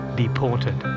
deported